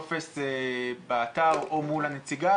זה שקוף בעיניכם רק אם הוא לא מילא את הטופס באתר או מול הנציגה,